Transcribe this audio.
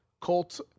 Colts